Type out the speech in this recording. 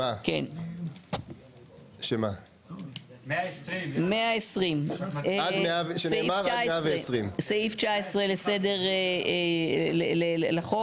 120. סעיף (19) לחוק.